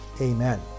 Amen